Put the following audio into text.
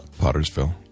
Pottersville